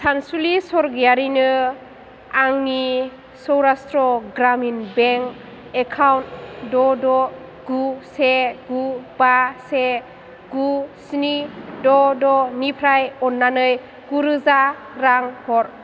सानसुलि सोरगियारिनो आंनि सौरास्ट्र ग्रामिन बैंक एकाउन्ट द' द' गु बा से गु स्नि द' द' निफ्राय अन्नानै गु रोजा रां हर